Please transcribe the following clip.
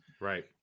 right